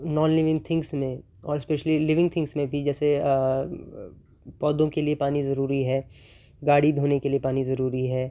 naan living things میں اور specially living things میں بھی جیسے پودوں کے لیے پانی ضروری ہے گاڑی دھونے کے لیے پانی ضروری ہے